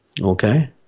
Okay